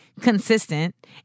consistent